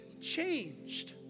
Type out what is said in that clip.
changed